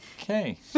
Okay